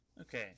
Okay